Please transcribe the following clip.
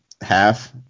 half